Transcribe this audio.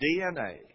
DNA